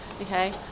Okay